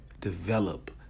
develop